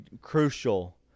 crucial